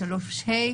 ו-3(ה),